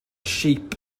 sheep